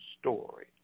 story